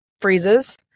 freezes